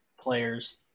players